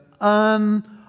un